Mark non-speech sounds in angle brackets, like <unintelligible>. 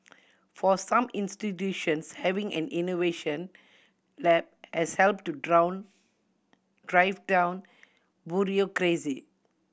for some institutions having an innovation lab has helped to <unintelligible> drive down bureaucracy